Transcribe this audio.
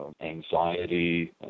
anxiety